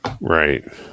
right